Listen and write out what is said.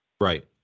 Right